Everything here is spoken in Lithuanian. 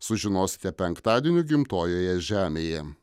sužinosite penktadienio gimtojoje žemėje